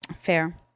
Fair